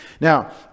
Now